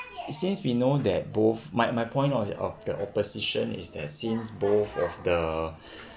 since we know that both my my point of of the opposition is there since both of the